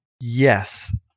Yes